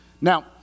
Now